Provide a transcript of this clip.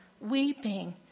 weeping